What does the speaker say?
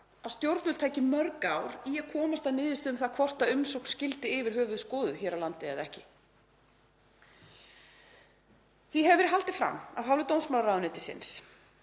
að stjórnvöld tækju mörg ár í að komast að niðurstöðu um hvort umsókn skyldi yfir höfuð skoðuð hér á landi eða ekki. Því hefur verið haldið fram af hálfu dómsmálaráðuneytisins